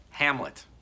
Hamlet